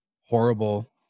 horrible